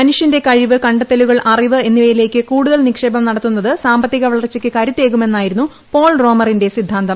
മനുഷ്യന്റെ കഴിവ് കണ്ടെത്തലുകൾ അറിവ് എന്നിവയിലേയ്ക്ക് കൂടുതൽ നിക്ഷേപം നടത്തുന്നത് സാമ്പത്തിക വളർച്ചയ്ക്ക് കരൂത്തേകൂമെന്നായിരുന്നു പോൾ റോമറിന്റെ സിദ്ധാന്തം